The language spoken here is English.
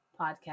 podcast